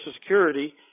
Security